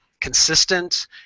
consistent